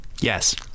yes